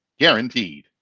Guaranteed